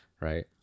right